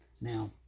Now